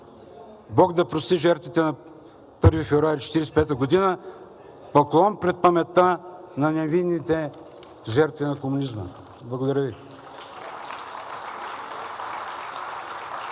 Бог да прости жертвите на 1 февруари 1945 г.! Поклон пред паметта на невинните жертви на комунизма! Благодаря Ви.